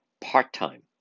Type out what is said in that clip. part-time